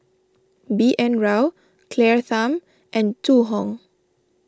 B N Rao Claire Tham and Zhu Hong